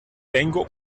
tengo